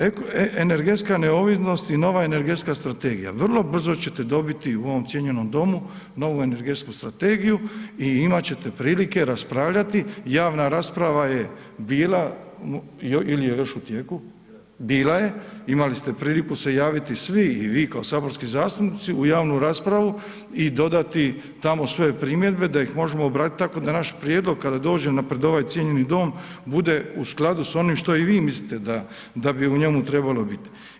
Energetska neovisnost i nova energetska strategija, vrlo brzo ćete dobiti u ovom cijenjenom domu novu energetsku strategiju i imat ćete prilike raspravljati, javna rasprava je bila ili je još u tijeku [[Upadica: Bila je]] bila je, imali ste priliku se javiti svi i vi kao saborski zastupnici u javnu raspravu i dodati tamo svoje primjedbe da ih možemo obradit, tako da naš prijedlog kada dođe pred ovaj cijenjeni dom bude u skladu s onim što i vi mislite da bi u njemu trebalo bit.